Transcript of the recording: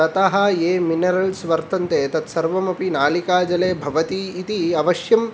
ततः ये मिनरेल्स् वर्तन्ते तत् सर्वमपि नालिकाजले भवति इति अवश्यं